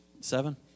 seven